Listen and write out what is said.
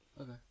Okay